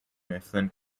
mifflin